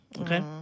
Okay